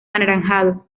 anaranjado